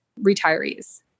retirees